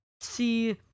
see